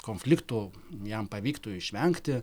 konfliktų jam pavyktų išvengti